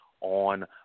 on